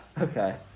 okay